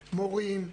מורים,